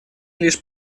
лишь